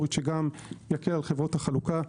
רגולטורית שגם יקל על חברות החלוקה,